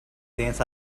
dance